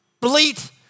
bleat